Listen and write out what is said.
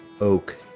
oak